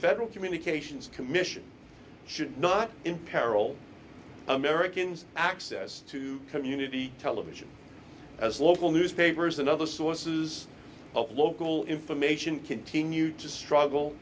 federal communications commission should not imperil americans access to community television as local newspapers and other sources of local information continue to struggle